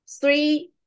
three